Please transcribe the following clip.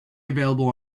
available